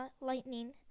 lightning